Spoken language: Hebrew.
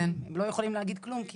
הם לא יכולים להגיד כלום.